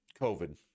COVID